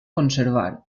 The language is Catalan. conservar